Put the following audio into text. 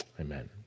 amen